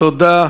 תודה.